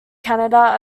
canada